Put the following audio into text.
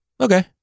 okay